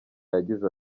yagize